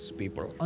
people